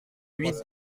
huit